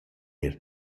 eir